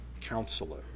Counselor